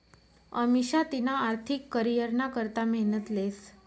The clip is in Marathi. अमिषा तिना आर्थिक करीयरना करता मेहनत लेस